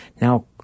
now